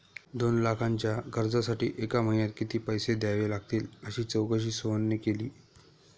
दोन लाखांच्या कर्जासाठी एका महिन्यात किती पैसे द्यावे लागतील अशी चौकशी सोहनने केली